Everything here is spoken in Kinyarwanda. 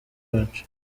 wacu